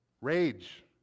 rage